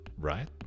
right